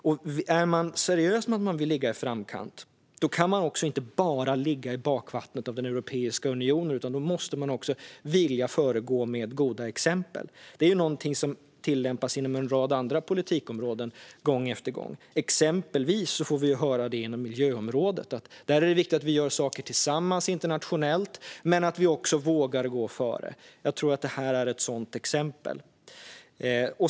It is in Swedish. Om man är seriös med att man vill ligga i framkant kan man inte bara ligga i Europeiska unionens bakvatten, utan då måste man vilja föregå med goda exempel. Detta är något som tillämpas inom en rad andra politikområden gång efter gång. Exempelvis får vi höra inom miljöområdet att det är viktigt att vi gör saker tillsammans internationellt men också att vi vågar gå före. Jag tror att detta är ett sådant exempel.